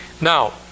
now